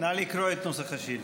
נא לקרוא את נוסח השאלה.